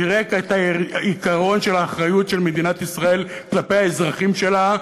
פירק את העיקרון של האחריות של מדינת ישראל כלפי האזרחים שלה,